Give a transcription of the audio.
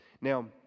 Now